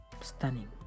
Stunning